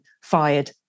fired